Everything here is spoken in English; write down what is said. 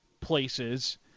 places